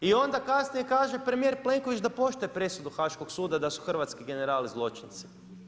I onda kasnije kaže premijer Plenković da poštuje presudu Haaškog suda da su hrvatski generali zločinci.